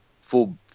full